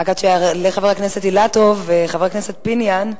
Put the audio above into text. עד שיעלה חבר הכנסת אילטוב, חבר הכנסת פיניאן,